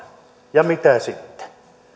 ja mitä sitten